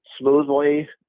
smoothly